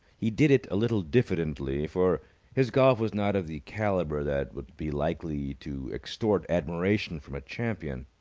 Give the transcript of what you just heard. he did it a little diffidently, for his golf was not of the calibre that would be likely to extort admiration from a champion.